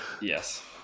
yes